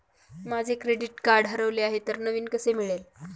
माझे credit card हरवले आहे तर नवीन कसे मिळेल?